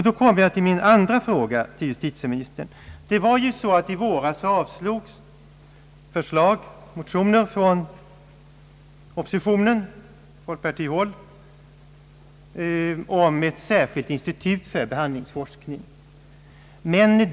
Då kommer min andra fråga till justitieministern, I våras avslogs ju motioner från folkpartihåll om ett särskilt institut för behandlingsforskning.